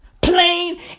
Plain